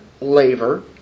labor